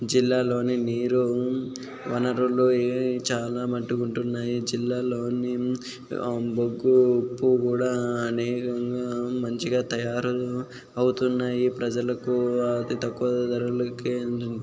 జిల్లాలో నీరు వనరులు చాలా మటుకు ఉంటున్నాయి జిల్లాలో బొగ్గు ఉప్పు కూడా అనేకంగా మంచిగా తయారు అవుతున్నాయి ప్రజలకు అతి తక్కువ ధరలకు అంది